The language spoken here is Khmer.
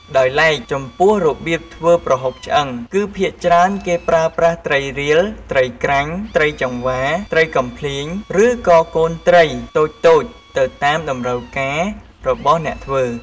ដោយឡែក ចំពោះរបៀបធ្វើប្រហុកឆ្អឹង គឺភាគច្រើនគេប្រើប្រាស់ត្រីរៀល ត្រីក្រាញ់ ត្រីចង្វា ត្រីកំភ្លាញ ឬក៏កូនត្រីតូចៗ ទៅតាមតម្រូវការរបស់អ្នកធ្វើ។